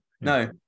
no